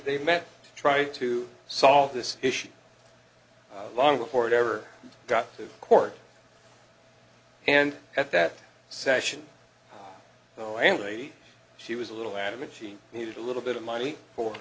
they met try to solve this issue long before it ever got to court and at that session oh only she was a little adamant she needed a little bit of money for